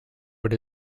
with